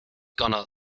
gonna